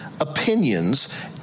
opinions